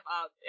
up